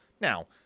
Now